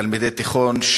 תלמידי תיכון,